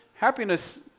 Happiness